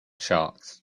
sharks